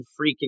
freaking